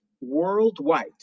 worldwide